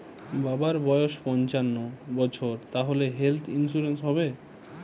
বাবার বয়স পঞ্চান্ন বছর তাহলে হেল্থ ইন্সুরেন্স হবে?